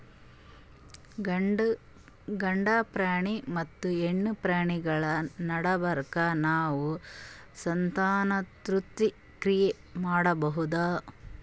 ಗಂಡ ಪ್ರಾಣಿ ಮತ್ತ್ ಹೆಣ್ಣ್ ಪ್ರಾಣಿಗಳ್ ನಡಬರ್ಕ್ ನಾವ್ ಸಂತಾನೋತ್ಪತ್ತಿ ಕ್ರಿಯೆ ಮಾಡಬಹುದ್